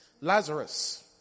Lazarus